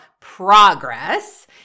progress